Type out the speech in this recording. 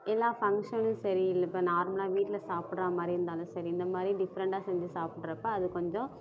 எல்லாம் ஃபங்க்ஷன்லேயும் சரி இல்லை இப்போ நார்மலாக வீட்டில் சாப்பிடறா மாதிரி இருந்தாலும் சரி இந்த மாதிரி டிஃப்ரன்டாக செஞ்சு சாப்பிட்றப்ப அது கொஞ்சம்